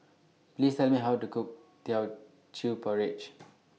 Please Tell Me How to Cook Teochew Porridge